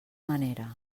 manera